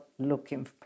Looking